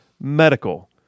medical